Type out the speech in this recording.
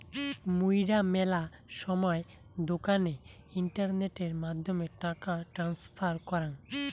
মুইরা মেলা সময় দোকানে ইন্টারনেটের মাধ্যমে টাকা ট্রান্সফার করাং